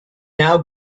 now